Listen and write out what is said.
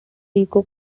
echo